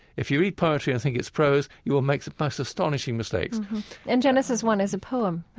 if you read poetry and think it's prose, you will make the most astonishing mistakes and genesis one is a poem,